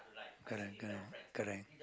correct correct correct